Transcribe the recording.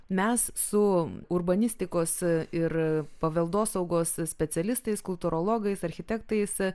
mes su urbanistikos ir paveldosaugos specialistais kultūrologais architektais